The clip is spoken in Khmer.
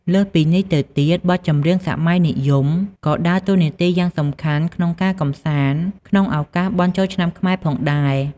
លើសពីនេះទៅទៀត បទចម្រៀងសម័យនិយម ក៏ដើរតួនាទីយ៉ាងសំខាន់ក្នុងការកម្សាន្តក្នុងឱកាសបុណ្យចូលឆ្នាំខ្មែរផងដែរ។